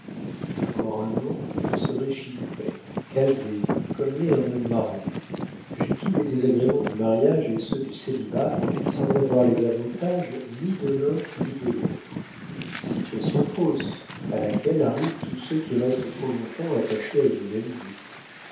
encore un an je serai chiffré casé comme l'est un homme marié j'ai tous les désagréments du mariage et ceux du célibat sans avoir les avantages ni de l'un ni de l'autre situation fausse à laquelle arrivent tous ceux qui restent trop long-temps attachés à une même jupe